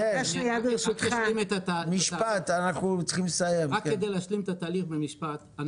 רק כדי להשלים את התהליך במשפט,